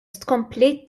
tkompli